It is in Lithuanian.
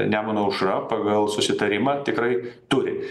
nemuno aušra pagal susitarimą tikrai turi